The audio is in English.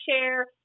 share